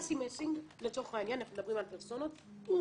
אסי מסינג לצורך העניין אנחנו מדברים על פרסונות הוא